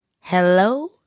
Hello